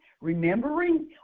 remembering